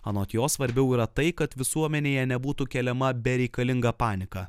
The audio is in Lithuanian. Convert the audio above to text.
anot jo svarbiau yra tai kad visuomenėje nebūtų keliama bereikalinga panika